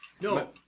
No